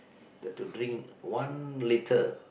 that to drink one litre